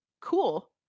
cool